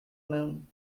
moon